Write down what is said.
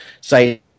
say